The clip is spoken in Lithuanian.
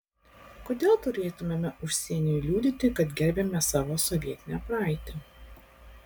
kodėl turėtumėme užsieniui liudyti kad gerbiame savo sovietinę praeitį